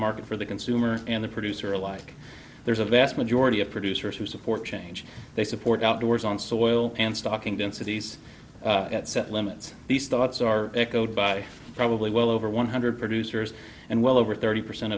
market for the consumer and the producer alike there's a vast majority of producers who support change they support outdoors on soil and stocking densities at set limits these thoughts are echoed by probably well over one hundred producers and well over thirty percent